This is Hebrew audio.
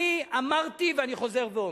אני אמרתי, ואני חוזר ואומר,